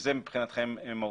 שזה מבחינתכם מהותי.